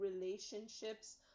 relationships